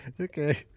okay